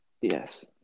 yes